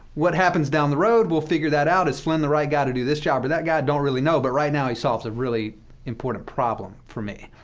what happens down the road, we'll figure that out. is flynn the right guy to do this job or that guy? don't really know, but right now he solves a really important problem for me.